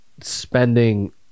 spending